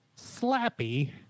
slappy